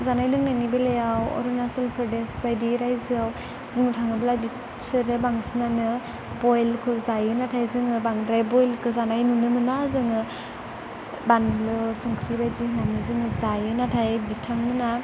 जानाय लोंनायनि बेलायाव अरुनाचल प्रदेश बायदि रायजोआव बुंनो थाङोब्ला बिसोरो बांसिनानो बयलखौ जायो नाथाय जोङो बांद्राय बयलखौ जानाय नुनो मोना जोङो बानलु संख्रि बायदि होनानै जोङो जायो नाथाय बिथांमोना